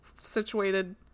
situated